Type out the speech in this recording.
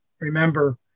remember